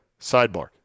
sidebar